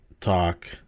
talk